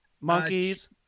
monkeys